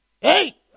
Hey